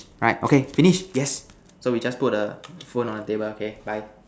right okay finish yes so we just put the phone on the table okay bye